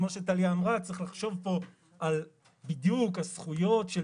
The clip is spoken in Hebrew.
כמו שטליה אמרה צריך לחשוב פה על בדיוק הזכויות של